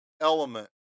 element